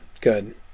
good